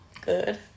good